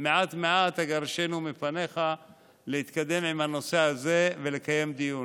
"מעט מעט אגרשנו מפניך" להתקדם עם הנושא הזה ולקיים דיון.